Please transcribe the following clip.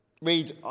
read